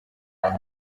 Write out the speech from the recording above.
muntu